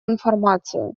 информацию